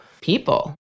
people